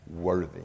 worthy